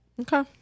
Okay